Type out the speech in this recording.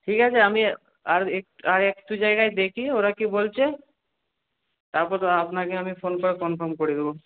ঠিক আছে আমি আর আর একটু জায়গায় দেখি ওরা কি বলছে তারপর তো আপনাকে আমি ফোন করে কনফার্ম করে দেবো